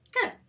Good